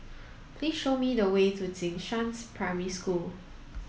please show me the way to Jing Shan's Primary School